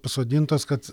pasodintos kad